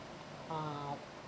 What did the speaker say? uh